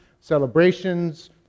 celebrations